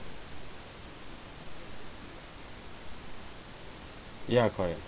correct ya correct